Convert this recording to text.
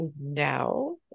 now